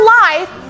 life